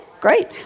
Great